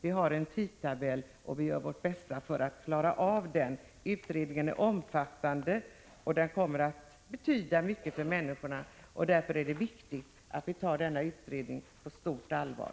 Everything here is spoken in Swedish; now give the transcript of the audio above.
Vi har en tidtabell, och vi gör vårt bästa för att hålla den. Utredningen är omfattande, och den kommer att betyda mycket för människorna. Därför är det viktigt att vi tar utredningen på stort allvar.